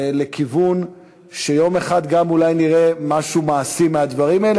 לכיוון שיום אחד אולי גם נראה משהו מעשי מהדברים האלה,